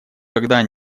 когда